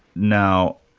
now,